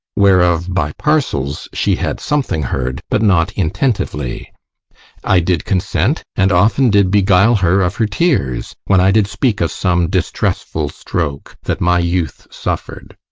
whereof by parcels she had something heard, but not intentively i did consent and often did beguile her of her tears, when i did speak of some distressful stroke that my youth suffer'd.